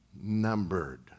Numbered